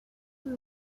who